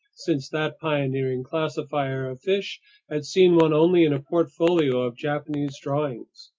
since that pioneering classifier of fish had seen one only in a portfolio of japanese drawings.